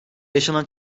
yaşanan